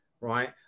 right